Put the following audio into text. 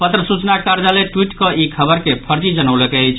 पत्र सूचना कार्यालय ट्वीट कऽ ई खबर के फर्जी जनौलक अछि